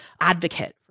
advocate